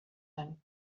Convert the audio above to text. man